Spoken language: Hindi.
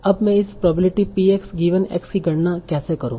अब मैं इस probability P x given x की गणना कैसे करूं